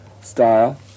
style